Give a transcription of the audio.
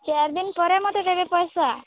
ଚାର୍ ଦିନ୍ ପରେ ମତେ ଦେବ ପଏସା